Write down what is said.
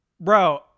bro